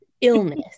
illness